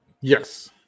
Yes